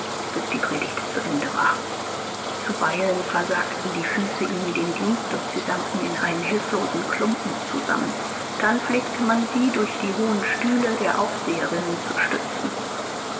bis die predigt zu ende war zuweilen versagten die füße ihnen den dienst und sie sanken in einen hilflosen klumpen zusammen dann pflegte man sie durch die hohen stühle der aufseherinnen zu stützen